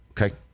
Okay